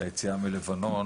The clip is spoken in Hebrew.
כ"ג באייר התשפ"ב,